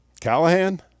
Callahan